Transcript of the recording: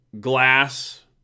glass